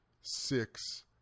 six